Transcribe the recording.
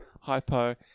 hypo